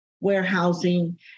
warehousing